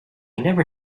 never